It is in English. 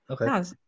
Okay